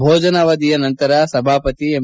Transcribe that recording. ಭೋಜನಾವಧಿಯ ನಂತರ ಸಭಾಪತಿ ಎಂ